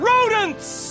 Rodents